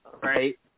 right